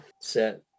set